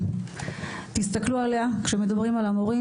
התפנו עכשיו המון מורים